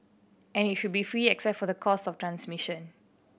and it should be free except for the cost of transmission